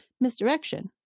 misdirection